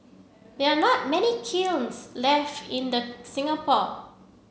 there are not many kilns left in the Singapore